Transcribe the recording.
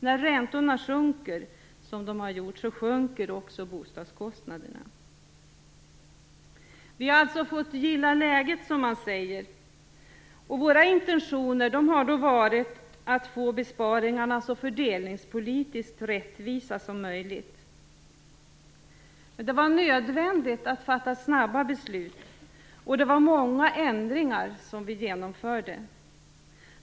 När räntorna sjunker, som de har gjort, sjunker också bostadskostnaderna. Vi har alltså fått gilla läget, som man säger, och våra intentioner har då varit att få besparingarna så fördelningspolitiskt rättvisa som möjligt. Men det var nödvändigt att fatta snabba beslut. Och det var många ändringar som vi genomförde.